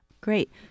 Great